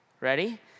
Ready